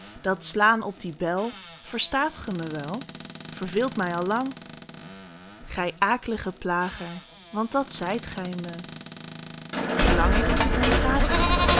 dat slaan op die bel verstaat ge mij wel verveelt mij al lang gij ak'lige plager want dat zijt gij mee verlang ik dan gaat ge